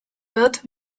wird